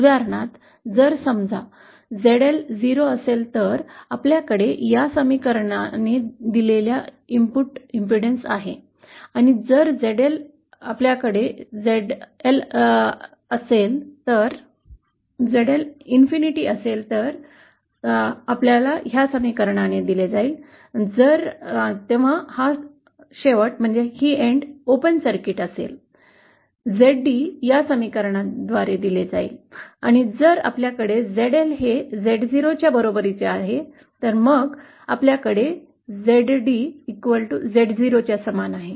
उदाहरणार्थ जर समजा Zl 0 असेल तर आपल्याकडे या समीकरणाने दिलेली इनपुट प्रतिबाधा आहे आणि जर आपल्याकडे Zl असेल तर हे अनंत आहे जर हा शेवट ओपन सर्किट असेल तर Zd या समीकरणाद्वारे दिले जाईल आणि जर आपल्याकडे ZL हे Z0 च्या बरोबरीचे आहे मग आपल्याकडे ZD Z0 च्या समान आहे